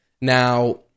Now